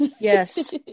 Yes